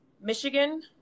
Michigan